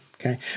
Okay